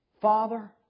Father